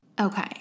Okay